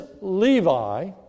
Levi